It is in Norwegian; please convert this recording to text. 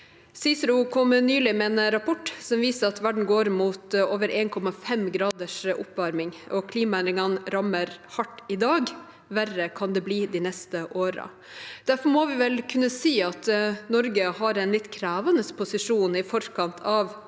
Cicero kom nylig med en rapport som viser at verden går mot over 1,5 graders oppvarming, og klimaendringene rammer hardt i dag. Verre kan det bli de neste årene. Derfor må vi vel kunne si at Norge har en litt krevende posisjon i forkant av